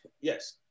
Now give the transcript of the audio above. Yes